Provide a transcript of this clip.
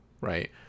right